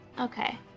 Okay